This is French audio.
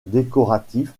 décoratifs